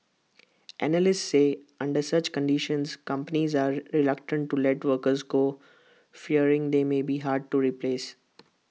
analysts say under such conditions companies are reluctant to let workers go fearing they may be hard to replace